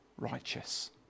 righteous